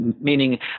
meaning